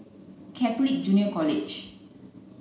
Catholic Junior College